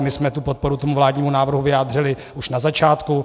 My jsme podporu vládnímu návrhu vyjádřili už na začátku.